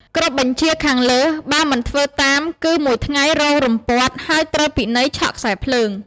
គ្រប់បញ្ជាខាងលើ បើមិនធ្វើតាម គឺមួយថ្ងៃរងរំពាត់ ហើយត្រូវពិន័យឆក់ខ្សែរភ្លើង។